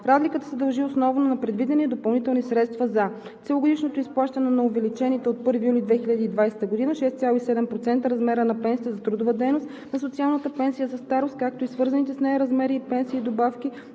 Разликата се дължи основно на предвидените допълнителни средства за: - целогодишното изплащане на увеличените от 1 юли 2020 г. с 6,7% размери на пенсиите за трудова дейност, на социалната пенсия за старост, както и на свързаните с нея размери на пенсии и добавки